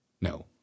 No